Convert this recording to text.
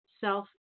Self